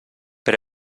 per